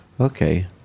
Okay